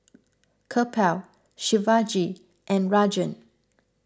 Kapil Shivaji and Rajan